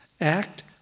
act